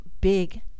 big